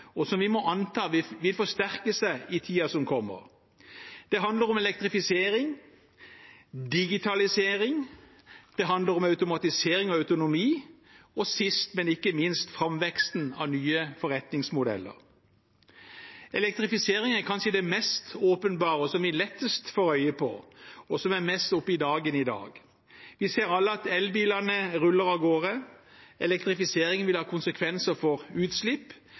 og som vi må anta vil forsterke seg i tiden som kommer. Det handler om elektrifisering, digitalisering, automatisering og autonomi og sist men ikke minst om framveksten av nye forretningsmodeller. Elektrifisering er kanskje det meste åpenbare og det som vi lettest får øye på, og det som er mest oppe i dagen i dag. Vi ser alle at elbilene ruller av gårde. Elektrifisering vil ha konsekvenser for utslipp,